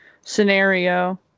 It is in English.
scenario